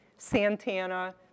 Santana